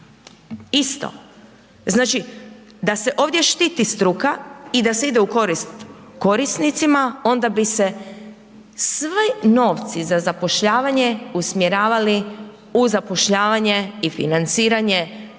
isto. Znači da se ovdje štiti struka i da se ide u korist korisnicima onda bi se svi novci za zapošljavanje usmjeravali u zapošljavanje i financiranje